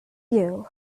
you